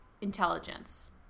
intelligence